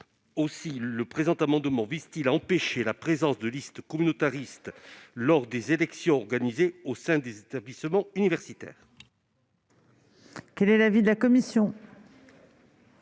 Aussi le présent amendement vise-t-il à empêcher la présence de listes communautaristes lors des élections organisées au sein des établissements universitaires.